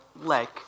leg